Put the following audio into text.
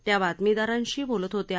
त्या बातमीदारांशी बोलत होत्या